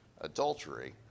adultery